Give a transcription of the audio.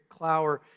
Clower